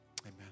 Amen